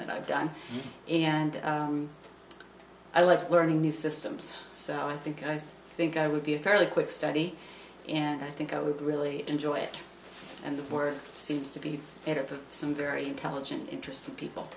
that i've done and i love learning new systems so i think i think i would be a fairly quick study and i think i would really enjoy it and the word seems to be made up of some very intelligent interesting people